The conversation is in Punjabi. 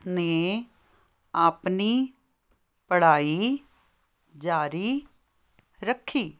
ਨੇ ਆਪਣੀ ਪੜ੍ਹਾਈ ਜਾਰੀ ਰੱਖੀ